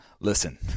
Listen